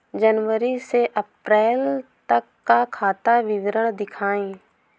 जनवरी से अप्रैल तक का खाता विवरण दिखाए?